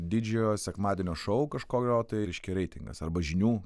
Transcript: didžiojo sekmadienio šou kažkurio tai reiškia reitingas arba žinių